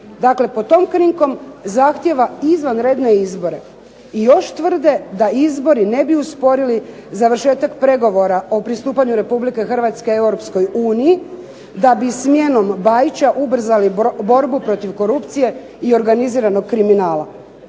Dakle, pod tom krinkom zahtijeva izvanredne izbore. I još tvrde da izbori ne bi usporili završetak pregovora o pristupanju Republike Hrvatske Europskoj uniji, da bi smjenom Bajića ubrzali borbu protiv korupcije i organiziranog kriminala.